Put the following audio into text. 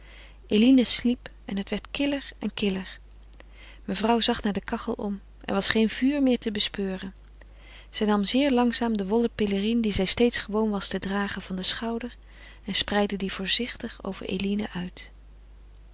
eline sliep en het werd killer mevrouw zag naar de kachel om er was geen vuur meer te bespeuren zij nam zeer langzaam de wollen pelerine die zij steeds gewoon was te dragen van den schouder en spreidde die voorzichtig over eline uit